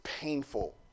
painful